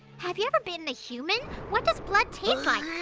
have you ever bitten a human? what does blood taste like?